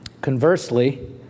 Conversely